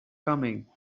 coming